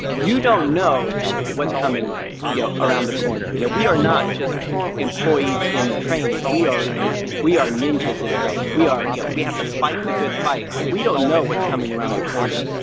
you don't know what's coming yeah around the corner. yeah we are not just employees in training. we are we are ninjas in training. we are yeah we have to fight the good fight. we don't know what's coming around the corner.